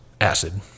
acid